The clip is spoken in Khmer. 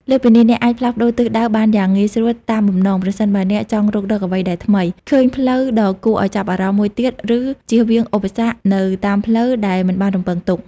លើសពីនេះ អ្នកអាច ផ្លាស់ប្ដូរទិសដៅបានយ៉ាងងាយស្រួលតាមបំណង ប្រសិនបើអ្នកចង់រុករកអ្វីដែលថ្មី ឃើញផ្លូវដ៏គួរឱ្យចាប់អារម្មណ៍មួយទៀត ឬជៀសវាងឧបសគ្គនៅតាមផ្លូវដែលមិនបានរំពឹងទុក។